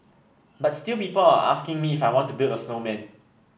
but still people are asking me if I want to build a snowman